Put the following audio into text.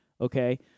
okay